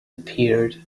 appeared